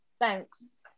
Thanks